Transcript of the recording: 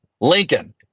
Lincoln